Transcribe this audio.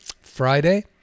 Friday